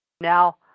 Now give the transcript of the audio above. Now